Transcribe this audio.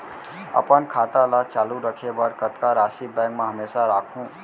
अपन खाता ल चालू रखे बर कतका राशि बैंक म हमेशा राखहूँ?